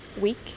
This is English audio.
week